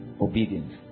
Obedience